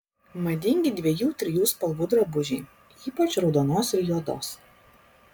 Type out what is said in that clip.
madingi dviejų trijų spalvų drabužiai ypač raudonos ir juodos